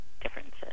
differences